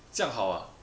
这样好 ah